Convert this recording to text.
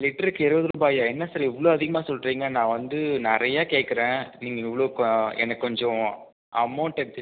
லிட்டருக்கு இருபது ரூபாயா என்ன சார் இவ்வளோ அதிகமாக சொல்கிறீங்க நான் வந்து நிறைய கேட்குறன் நீங்கள் இவ்வளோ எனக்கு கொஞ்சம் அமௌண்ட்டை